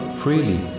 freely